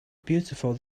beautiful